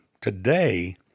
Today